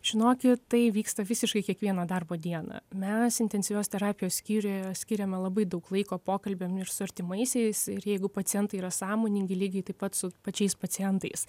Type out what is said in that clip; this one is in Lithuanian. žinokit tai vyksta visiškai kiekvieną darbo dieną mes intensyvios terapijos skyriuje skiriame labai daug laiko pokalbiam ir su artimaisiais ir jeigu pacientai yra sąmoningi lygiai taip pat su pačiais pacientais